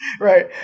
right